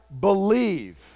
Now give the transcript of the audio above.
believe